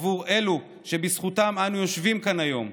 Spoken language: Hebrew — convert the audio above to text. עבור אלו שבזכותם אנו יושבים כאן היום.